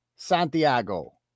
santiago